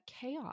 chaos